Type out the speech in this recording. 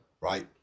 Right